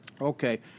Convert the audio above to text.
Okay